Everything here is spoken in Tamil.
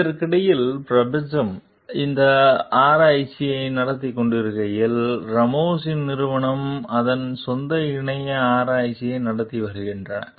இதற்கிடையில் பிரபஞ்சம் இந்த ஆராய்ச்சியை நடத்திக் கொண்டிருக்கையில் ராமோஸின் நிறுவனங்கள் அதன் சொந்த இணையான ஆராய்ச்சியை நடத்தி வருகின்றன